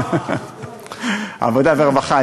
עבודה ורווחה.